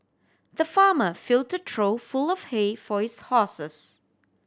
the farmer filled a trough full of hay for his horses